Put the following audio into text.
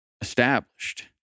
established